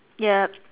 yup